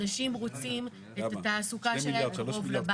אנשים רוצים את התעסוקה שלהם קרוב לבית,